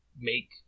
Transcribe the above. make